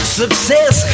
success